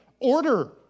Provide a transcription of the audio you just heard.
order